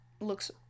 looks